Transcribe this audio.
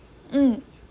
mm